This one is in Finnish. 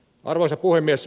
arvoisa puhemies